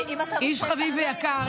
איש חביב ויקר,